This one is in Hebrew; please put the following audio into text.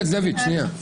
חץ-דוד, שנייה.